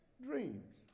dreams